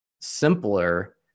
simpler